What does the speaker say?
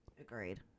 Agreed